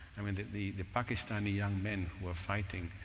i mean the the the pakistani young men who are fighting,